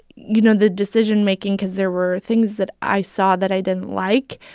you know, the decision-making because there were things that i saw that i didn't like,